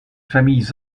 familles